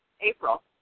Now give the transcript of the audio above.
April